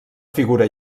figura